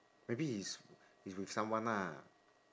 maybe he's he's with someone lah